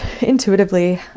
intuitively